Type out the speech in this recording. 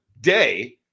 day